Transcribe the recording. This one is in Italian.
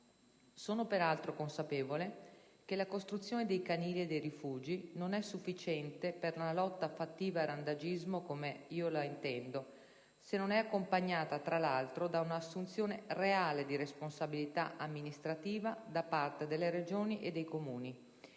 Sono peraltro consapevole che la costruzione dei canili e dei rifugi non è sufficiente per una lotta fattiva al randagismo, come io la intendo, se non è accompagnata, tra l'altro, da un'assunzione reale di responsabilità amministrativa da parte delle Regioni e dei Comuni